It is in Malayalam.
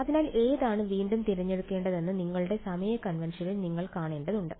അതിനാൽ ഏതാണ് വീണ്ടും തിരഞ്ഞെടുക്കേണ്ടതെന്ന് നിങ്ങളുടെ സമയ കൺവെൻഷനിൽ നിങ്ങൾ കാണേണ്ടതുണ്ട്